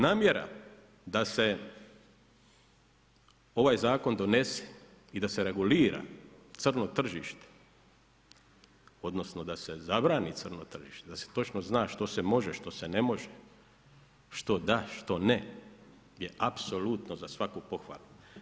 Namjera, da se ovaj zakon donese i da se regulira sad na ovom tržištu, odnosno, da se zabrani crno tržište, da se točno zna što se može, što se ne može, što da, što ne, je apsolutno za svaku pohvalu.